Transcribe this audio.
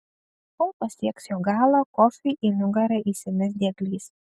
kol pasieks jo galą kofiui į nugarą įsimes dieglys